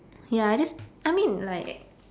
ya I just I mean like